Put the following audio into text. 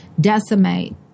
decimate